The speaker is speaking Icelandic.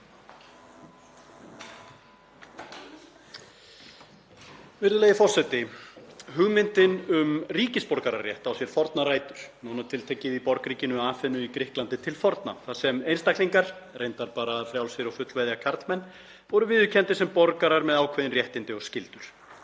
Virðulegi forseti. Hugmyndin um ríkisborgararétt á sér fornar rætur, nánar tiltekið í borgríkinu Aþenu í Grikklandi til forna þar sem einstaklingar, reyndar bara frjálsir og fullveðja karlmenn, voru viðurkenndir sem borgarar með ákveðin réttindi og skyldur.